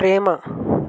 ప్రేమ